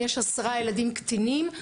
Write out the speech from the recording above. אם יש עשרה ילדים קטינים,